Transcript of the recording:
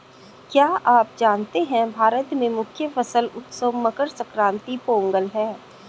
क्या आप जानते है भारत में मुख्य फसल उत्सव मकर संक्रांति, पोंगल है?